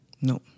No